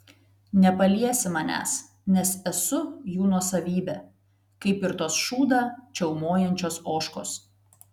nepaliesi manęs nes esu jų nuosavybė kaip ir tos šūdą čiaumojančios ožkos